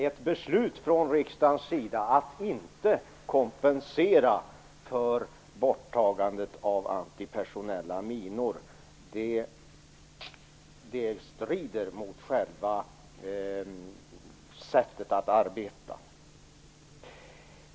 Ett beslut av riksdagen om att man inte skall kompensera för borttagandet av antipersonella minor strider mot sättet att arbeta.